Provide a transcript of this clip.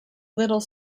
little